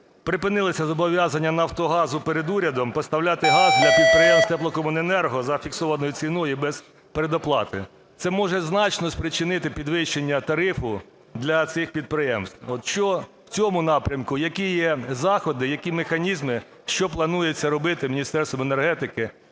припинилися зобов'язання "Нафтогазу" перед урядом поставляти газ для підприємств теплокомуненерго за фіксованою і без предоплати. Це може значно спричинити підвищення тарифу для цих підприємств. От що в цьому напрямку, які є заходи, які механізми, що планується робити Міністерством енергетики